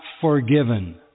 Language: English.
forgiven